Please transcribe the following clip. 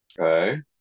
Okay